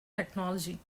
technology